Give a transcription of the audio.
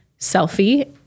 selfie